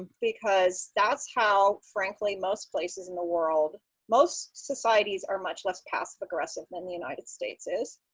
because that's how, frankly, most places in the world most societies are much less passive aggressive than the united states is.